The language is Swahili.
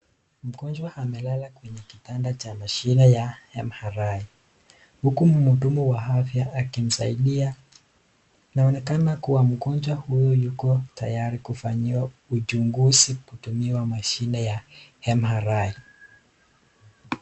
Mgonjwa amelala kwenye kitanda cha mashine ya MRI, huku mhudumu wa afya akimsaidia, inaonekana kuwa huyu mgonjwa yuko tayari kufanyiwa uchunguzi kutumiwa mashine ya MRI.